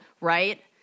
right